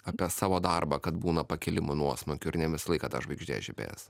apie savo darbą kad būna pakilimų nuosmukių ir ne visą laiką ta žvaigždė žibės